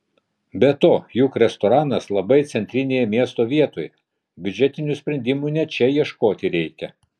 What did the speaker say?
be to juk restoranas labai centrinėje miesto vietoje biudžetinių sprendimų ne čia ieškoti reikia